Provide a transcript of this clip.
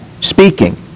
speaking